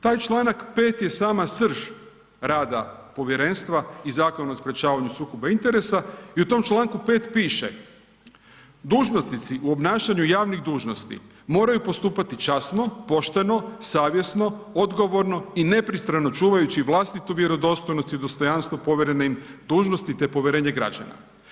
Taj Članak 5. je sama srž rad povjerenstva i Zakona o sprječavanju sukoba interesa i u tom Članku 5. piše: Dužnosnici u obnašanju javnih dužnosti moraju postupati časno, pošteno, savjesno, odgovorno i nepristrano čuvajući vlastitu vjerodostojnost i dostojanstvo povjerene im dužnosti te povjerenje građana.